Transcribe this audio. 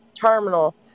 terminal